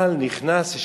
נכנס.